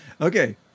okay